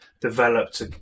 developed